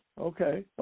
Okay